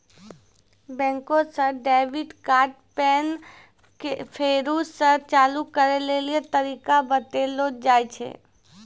बैंके से debit card pin फेरु से चालू करै लेली तरीका बतैलो जाय छै